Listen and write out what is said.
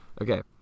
Okay